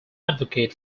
advocate